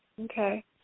Okay